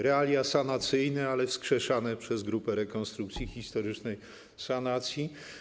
Realia sanacyjne, ale wskrzeszane przez grupę rekonstrukcji historycznej sanacji.